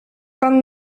pan